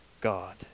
God